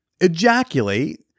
ejaculate